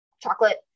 chocolate